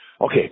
okay